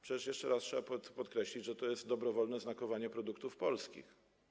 Przecież jeszcze raz trzeba podkreślić, że to jest dobrowolne znakowanie produktów polskich.